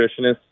nutritionist